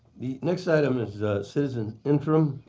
the next item is citizen's interim.